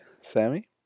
Sammy